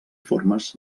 formes